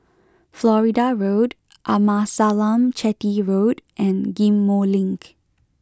Florida Road Amasalam Chetty Road and Ghim Moh Link